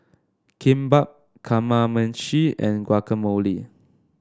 Kimbap Kamameshi and Guacamole